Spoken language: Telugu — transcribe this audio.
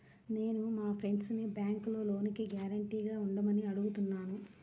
నేను మా ఫ్రెండ్సుని బ్యేంకులో లోనుకి గ్యారంటీగా ఉండమని అడుగుతున్నాను